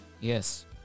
Yes